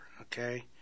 okay